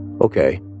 Okay